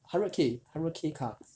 hundred K hundred K car